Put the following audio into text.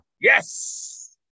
yes